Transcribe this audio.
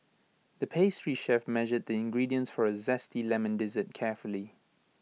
the pastry chef measured the ingredients for A Zesty Lemon Dessert carefully